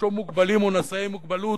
יש או מוגבלים או נשאי מוגבלות,